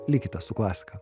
likite su klasika